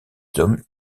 hommes